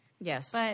Yes